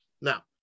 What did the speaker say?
now